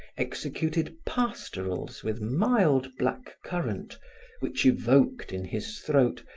executed pastorals with mild black-currant which evoked, in his throat,